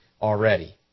already